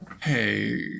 Hey